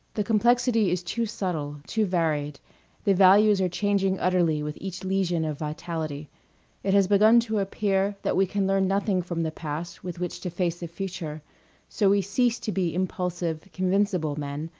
the complexity is too subtle, too varied the values are changing utterly with each lesion of vitality it has begun to appear that we can learn nothing from the past with which to face the future so we cease to be impulsive, convincible men,